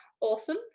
awesome